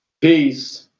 peace